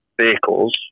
vehicles